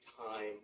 time